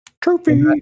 Trophy